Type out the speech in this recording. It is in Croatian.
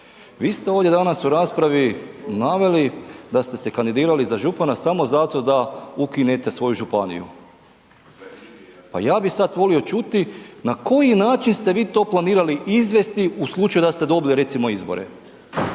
Vi ste ovdje danas u raspravi naveli da ste se kandidirali za župana samo zato da ukinete svoju županiju. Pa ja bi sad volio čuti na koji način ste vi to planirali izvesti u slučaju da ste dobili recimo izbore?